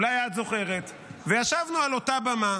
אולי את זוכרת, וישבנו על אותה במה.